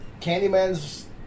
Candyman's